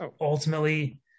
Ultimately